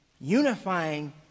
unifying